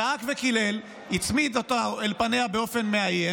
צעק וקילל והצמיד אותו לפניה באופן מאיים.